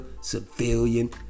civilian